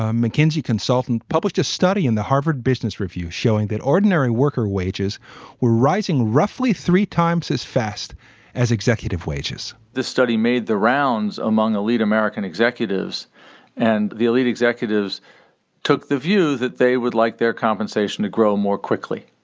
ah mckinsey consultant published a study in the harvard business review showing that ordinary worker wages were rising roughly three times as fast as executive wages the study made the rounds among elite american executives and the elite executives took the view that they would like their compensation to grow more quickly